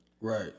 Right